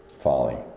folly